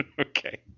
okay